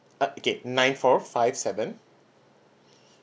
okay nine four five seven